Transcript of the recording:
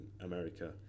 america